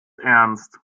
ernst